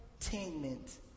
entertainment